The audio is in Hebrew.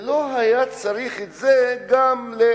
ולא היה צריך את זה לאנשים.